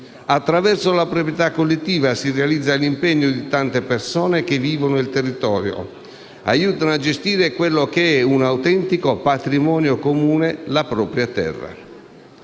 Attraverso la proprietà collettiva si realizza l'impegno di tante persone che vivono il territorio ed aiutano a gestire quello che è un autentico patrimonio comune: la propria terra.